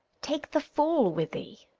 take the fool with thee.